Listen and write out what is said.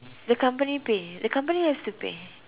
the company pay the company has to pay